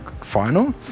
final